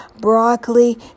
broccoli